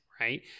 Right